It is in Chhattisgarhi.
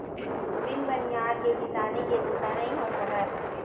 बिन बनिहार के किसानी के बूता नइ हो सकय